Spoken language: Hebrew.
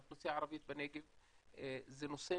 האוכלוסייה הערבית בנגב, זה נושא